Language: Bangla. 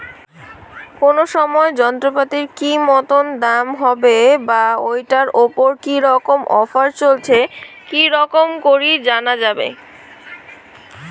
কোন সময় যন্ত্রপাতির কি মতন দাম হবে বা ঐটার উপর কি রকম অফার চলছে কি রকম করি জানা যাবে?